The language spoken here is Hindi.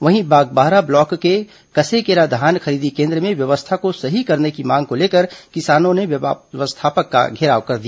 वहीं बागबाहरा ब्लॉक के कसेकेरा धान खरीदी केन्द्र में व्यवस्था को सही करने की मांग को लेकर किसानों ने व्यवस्थापक का घेराव किया